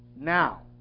now